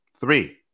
Three